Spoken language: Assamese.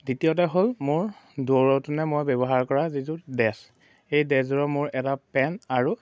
দ্বিতীয়তে হ'ল মোৰ দূৰ কাৰণে মই ব্যৱহাৰ কৰা যিযোৰ ড্ৰেছ এই ড্ৰেছযোৰৰ মোৰ এটা পেন্ট আৰু